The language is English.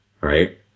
right